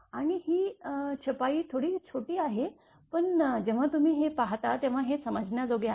आणि ही छपाई थोडी छोटी आहे पण जेव्हा तुम्ही हे पाहता तेव्हा हे समजण्याजोगे आहे